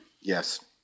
Yes